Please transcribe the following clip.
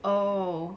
oh